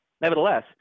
Nevertheless